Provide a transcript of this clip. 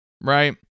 right